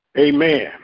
Amen